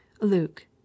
Luke